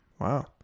Wow